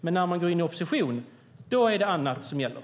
Men när man går in i opposition är det annat som gäller.